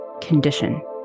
condition